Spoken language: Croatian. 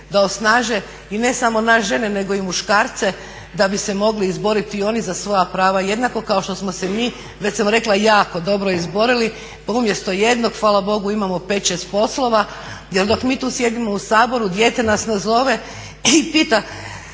da osnaže i ne samo nas žene nego i muškarce da bi se mogli izboriti i oni za svoja prava jednako kao što smo se i mi već sam rekla jako dobro izborili, pa umjesto jednog hvala Bogu imamo pet, šest poslova. Jer dok mi tu sjedimo u Saboru dijete nas nazove i pita